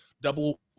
double